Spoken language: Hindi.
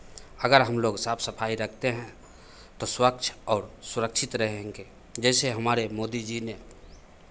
अगर हम लोग साफ सफाई रखते हैं तो स्वच्छ और सुरक्षित रहेंगे जैसे हमारे मोदी जी ने